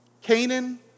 Canaan